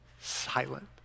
silent